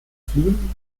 fliehen